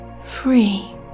free